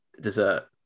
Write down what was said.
dessert